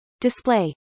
Display